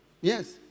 Yes